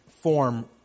form